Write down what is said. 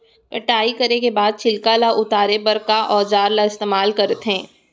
कटाई करे के बाद छिलका ल उतारे बर का औजार ल इस्तेमाल करथे?